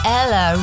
Ella